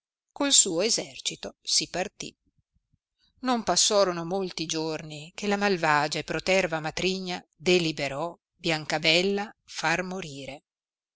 col suo essercito si partì non passorono molti giorni che la malvagia e proterva matrigna deliberò biancabella far morire